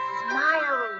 smile